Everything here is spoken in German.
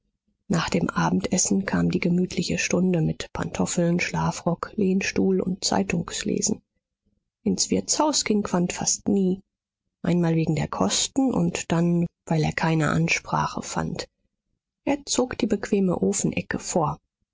nach dem abendessen kam die gemütliche stunde mit pantoffeln schlafrock lehnstuhl und zeitungslesen ins wirtshaus ging quandt fast nie einmal wegen der kosten und dann weil er keine ansprache fand er zog die bequeme ofenecke vor